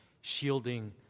shielding